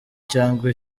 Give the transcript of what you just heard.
cyangwa